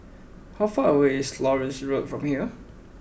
how far away is Florence Road from here